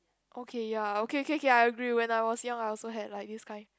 okay ya okay okay okay I agree when I was young I also had like this kind